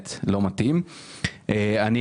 הוא